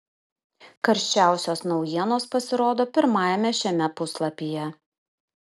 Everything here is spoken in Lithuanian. karščiausios naujienos pasirodo pirmajame šiame puslapyje